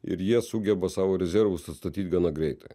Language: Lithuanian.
ir jie sugeba savo rezervus atstatyt gana greitai